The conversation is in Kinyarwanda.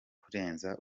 kurenza